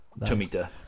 tomita